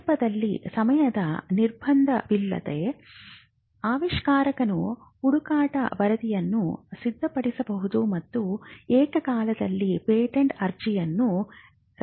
ಸಂದರ್ಭಗಳಲ್ಲಿ ಸಮಯದ ನಿರ್ಬಂಧವಿದ್ದಲ್ಲಿ ಆವಿಷ್ಕಾರಕನು ಹುಡುಕಾಟ ವರದಿಯನ್ನು ಸಿದ್ಧಪಡಿಸಬಹುದು ಮತ್ತು ಏಕಕಾಲದಲ್ಲಿ ಪೇಟೆಂಟ್ ಅರ್ಜಿಯನ್ನು ರಚಿಸಬಹುದು